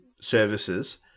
services